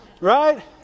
right